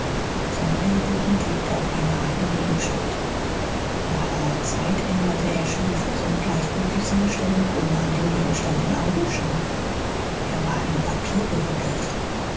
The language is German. sein ellbogen drückte auf einen harten gegenstand nach langer zeit änderte er schläfrig und gleichgültig seine stellung und nahm den gegenstand in augenschein er war in papier gewickelt